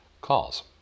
calls